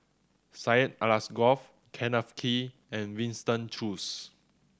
Syed Alsagoff Kenneth Kee and Winston Choos